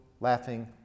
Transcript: laughing